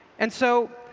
and so,